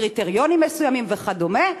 בקריטריונים מסוימים וכדומה,